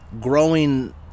growing